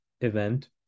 event